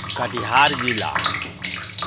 कटिहार जिला